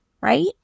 right